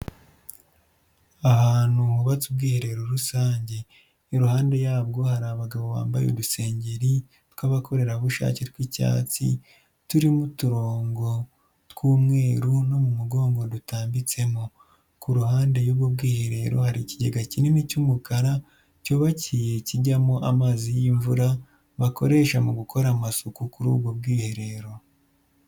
Ahantu hubatse ubwiherero rusang. Iruhande yabwo hari abagabo bambaye udusengeri tw'abakorerabushake, tw'icyatsi turimo uturonko tw'umweru mu mugongo dutambitsemo. Ku ruhande y'ubwo bwiherero hari ikigega kinini cy'umukara cyubakiye kijyamo amazi y'imvura bakoresha mu gukora amasuku kuri ubu bwiherero.